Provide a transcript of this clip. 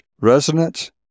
resonance